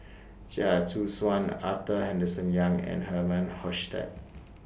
Chia Choo Suan Arthur Henderson Young and Herman Hochstadt